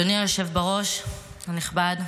אדוני היושב בראש הנכבד,